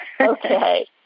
Okay